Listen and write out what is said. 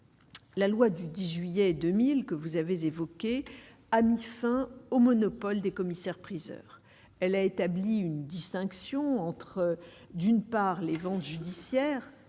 La loi du 10 juillet 2000 que vous avez évoquée, a mis fin au monopole des commissaires-priseurs, elle a établi une distinction entre d'une part les ventes judiciaires